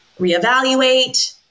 reevaluate